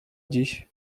dziś